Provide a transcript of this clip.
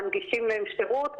מנגישים להם שירות,